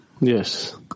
Yes